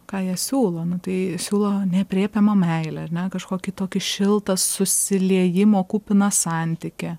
ką jie siūlo nu tai siūlo neaprėpiamą meilę ar ne kažkokį tokį šiltą susiliejimo kupiną santykį